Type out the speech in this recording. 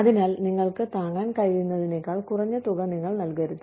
അതിനാൽ നിങ്ങൾക്ക് താങ്ങാൻ കഴിയുന്നതിനേക്കാൾ കുറഞ്ഞ തുക നിങ്ങൾ നൽകരുത്